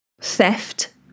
theft